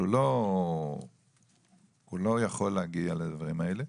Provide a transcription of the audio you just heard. שלא יכול להגיע לדברים האלה,